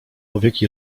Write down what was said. powieki